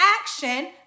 action